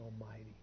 Almighty